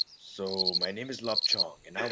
so my name is lapchung, and